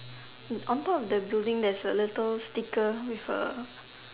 on top of the building there's a little sticker with A